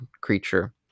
creature